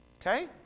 Okay